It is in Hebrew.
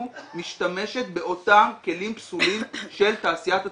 משתמשת באותם כלים פסולים של תעשיית הטבק,